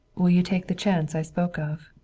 will you take the chance i spoke of?